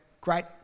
great